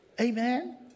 Amen